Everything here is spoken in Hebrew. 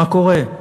מה קורה?